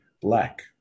black